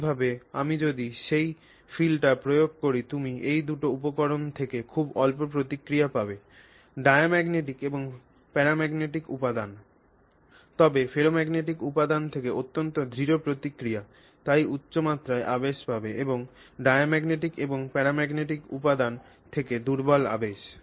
একই ভাবে আমি যদি এই ফিল্ডটি প্রয়োগ করি তুমি এই দুটি উপকরণ থেকে খুব অল্প প্রতিক্রিয়া পাবে ডায়াম্যাগনেটিক এবং প্যারাম্যাগনেটিক উপাদান তবে ফেরোম্যাগনেটিক উপাদান থেকে অত্যন্ত দৃঢ় প্রতিক্রিয়া তাই উচ্চ মাত্রায় আবেশ পাবে এবং ডায়াম্যাগনেটিক এবং প্যারাম্যাগনেটিক উপাদান থেকে দুর্বল আবেশ